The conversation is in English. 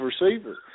receiver